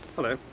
hello.